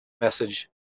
message